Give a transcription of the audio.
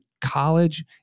college